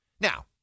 Now